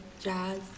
jazz